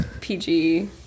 PG